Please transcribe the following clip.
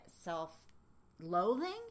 self-loathing